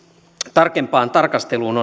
tarkempaan tarkasteluun